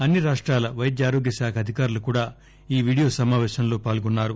అన్ని రాష్టాల వైద్య ఆరోగ్య శాఖ అధికారులు కూడా ఈ వీడియో సమాపేశంలో పాల్గొన్నారు